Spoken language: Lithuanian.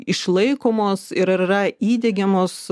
išlaikomos ir ar yra įdiegiamos